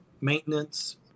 maintenance